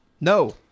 No